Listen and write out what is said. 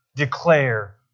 declare